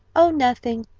oh, nothing,